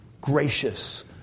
gracious